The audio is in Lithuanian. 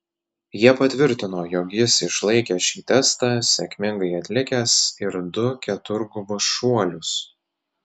jie patvirtino jog jis išlaikė šį testą sėkmingai atlikęs ir du keturgubus šuolius